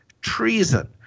treason